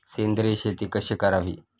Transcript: सेंद्रिय शेती कशी करावी?